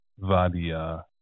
Vadia